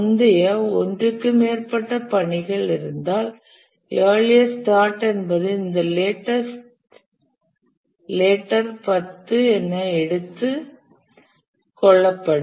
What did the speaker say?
முந்தைய ஒன்றுக்கு மேற்பட்ட பணிகள் இருந்தால் இயார்லியஸ்ட் ஸ்டார்ட் என்பது இந்த லேட்டஸ்ட்ன் லேட்டர் 10 என எடுத்துக் கொள்ளப்படும்